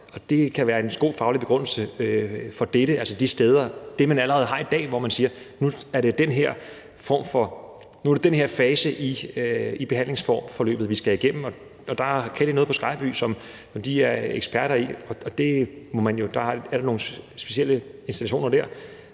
det kan være en god faglig begrundelse for dette, altså det, man allerede har i dag, hvor man siger: Nu er det den her fase i behandlingsforløbet, vi skal igennem, og der kan de noget på Skejby, som de er eksperter i; der er nogle specielle institutioner der.